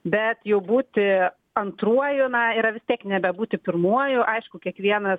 bet jau būti antruoju na yra vis tiek nebebūti pirmuoju aišku kiekvienas